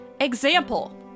Example